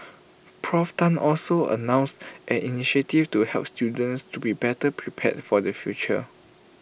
Prof Tan also announced an initiative to help students to be better prepared for the future